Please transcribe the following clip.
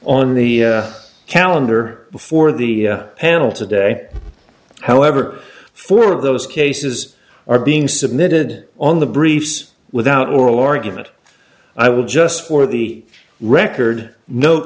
on the calendar before the panel today however four of those cases are being submitted on the briefs without oral argument i will just for the record note